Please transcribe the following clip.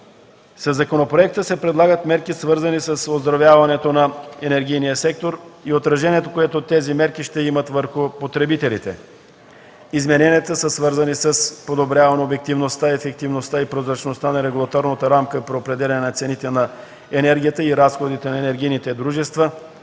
Със законопроекта се предлагат мерки, свързани с оздравяването на енергийния сектор и отражението, което тези мерки ще имат върху потребителите. Измененията са свързани със: - подобряване обективността, ефективността и прозрачността на регулаторната рамка при определянето на цените на енергията и разходите на енергийните дружества;